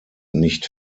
nicht